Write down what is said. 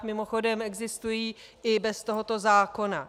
Mimochodem, existují i bez tohoto zákona.